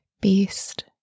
beast